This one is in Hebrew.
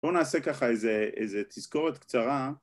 ‫בואו נעשה ככה איזה תזכורת קצרה.